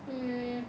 mm